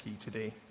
today